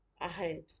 ahead